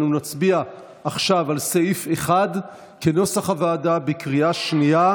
אנו נצביע עכשיו על סעיף 1 כנוסח הוועדה בקריאה שנייה.